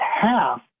half